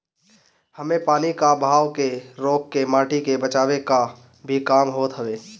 इमे पानी कअ बहाव के रोक के माटी के बचावे कअ भी काम होत हवे